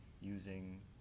using